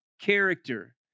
character